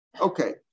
Okay